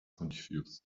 confused